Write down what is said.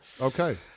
Okay